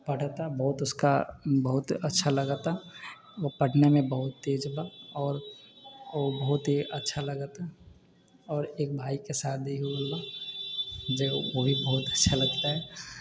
पढ़ऽ ता बहुत उसका बहुत अच्छा लगऽ ता ओ पढ़नेमे बहुत तेज बा आओर ओ बहुत ही अच्छा लगऽ ता आओर एक भायके शादी होल बा जे ओभी बहुत अच्छा लगऽ ता